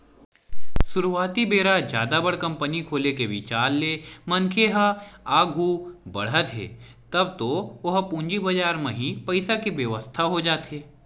सुरुवाती बेरा जादा बड़ कंपनी खोले के बिचार ले मनखे ह आघू बड़हत हे तब तो ओला पूंजी बजार म ही पइसा के बेवस्था हो जाथे